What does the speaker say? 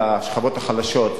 על השכבות החלשות,